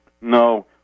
No